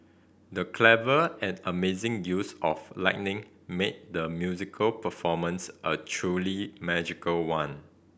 the clever and amazing use of lighting made the musical performance a truly magical one